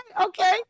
okay